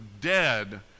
dead